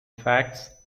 facts